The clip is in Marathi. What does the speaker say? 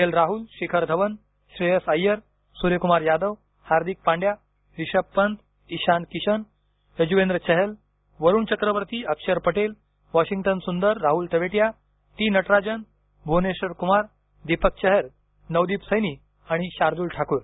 L Rahul Shikhar Dhawan Shreyas Iyer Suryakumar Yadav Hardik Pandya Rishabh Pant Ishan Kishan Yuzvendra Chahal Varun Chakravarthy Axar Patel Washington Sundar Rahul Tewatia T Natarajan Bhuvneshwar Kumar Deepak Chahar Navdeep Saini आणि शार्दुल ठाकूर